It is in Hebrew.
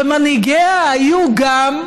ומנהיגיה היו גם,